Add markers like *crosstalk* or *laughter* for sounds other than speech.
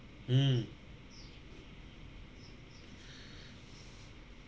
mm *breath*